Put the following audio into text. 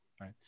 right